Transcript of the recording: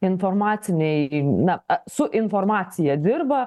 informacinėj na su informacija dirba